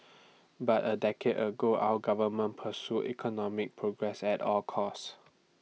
but A decade ago our government pursued economic progress at all costs